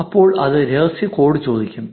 അപ്പോൾ അത് രഹസ്യം കോഡ് ചോദിക്കും